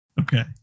Okay